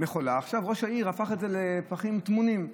עכשיו ראש העיר הפך את זה לפחים טמונים,